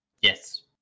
Yes